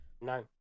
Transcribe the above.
no